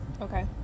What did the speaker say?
Okay